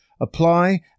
Apply